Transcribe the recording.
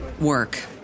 work